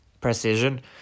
precision